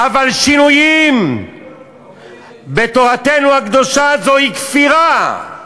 אבל שינויים בתורתנו הקדושה זוהי כפירה.